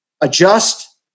adjust